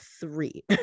three